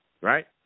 right